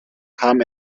kam